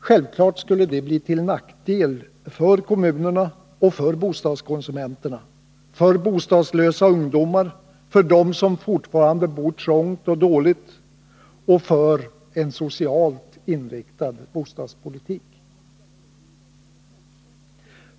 Självfallet blir detta till nackdel för kommunerna och för bostadskonsumenterna, för bostadslösa ungdomar, för dem som fortfarande bor trångt och dåligt och för en socialt inriktad bostadspolitik.